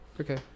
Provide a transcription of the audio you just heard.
Okay